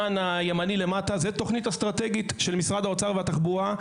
היא תוכנית אסטרטגית של משרד האוצר והתחבורה.